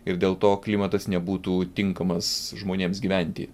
ir dėl to klimatas nebūtų tinkamas žmonėms gyventi